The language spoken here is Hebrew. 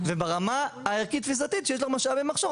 וברמה הערכית תפיסתית שיש לך משאבי מחסור,